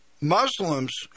Muslims